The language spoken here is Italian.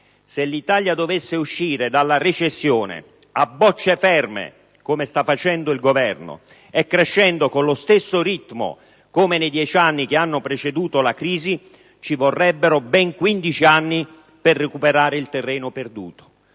se l'Italia dovesse uscire dalla recessione, a bocce ferme (come sta facendo il Governo) e crescendo con lo stesso ritmo con cui è cresciuta nei dieci anni che hanno preceduto la crisi, ci vorrebbero ben 15 anni per recuperare il terreno perduto.